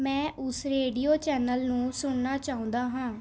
ਮੈਂ ਉਸ radio channel ਨੂੰ ਸੁਣਨਾ ਚਾਹੁੰਦਾ ਹਾਂ